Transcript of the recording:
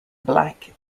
black